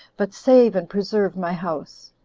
but save and preserve my house.